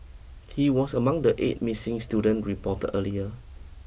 he was among the eight missing student reported earlier